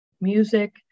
music